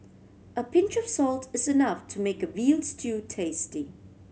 a pinch of salt is enough to make a veal stew tasty